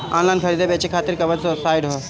Online खरीदे बेचे खातिर कवन साइड ह?